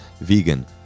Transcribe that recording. vegan